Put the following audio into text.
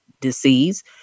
disease